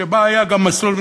שבה היה גם מסלול,